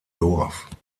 dorf